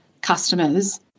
customers